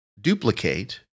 duplicate